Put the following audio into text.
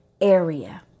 area